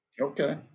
Okay